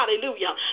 Hallelujah